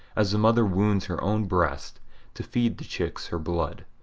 as the mother wounds her own breast to feed the chicks her blood.